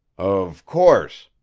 of course,